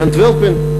מאנטוורפן,